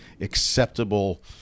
acceptable